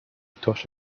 victoires